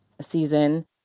season